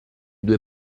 due